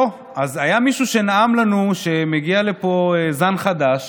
אז היה מישהו שנאם לנו שמגיע לפה זן חדש